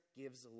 gives